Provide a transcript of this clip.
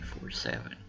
24-7